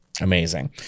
Amazing